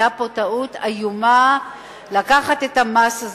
היתה פה טעות איומה לקחת את המס הזה.